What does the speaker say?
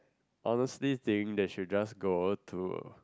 honestly think they should just go to